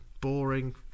boring